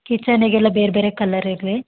ಕಿಚನ್ನಿಗೆಲ್ಲ ಬೇರೆ ಬೇರೆ ಕಲರ್ ಇರಲಿ